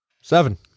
Seven